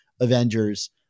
Avengers